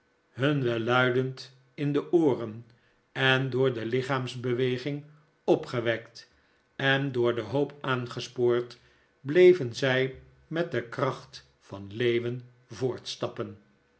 hun welluidend in de ooren en door de lichaamsbeweging opgewekt en door de hoop aangespoord bleven zij met de kracht van leeuwen voortstappen